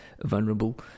vulnerable